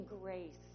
grace